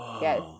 Yes